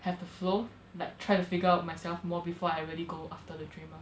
have the flow like try to figure out myself more before I really go after the dream ah